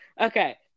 okay